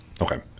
Okay